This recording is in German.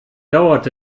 dauert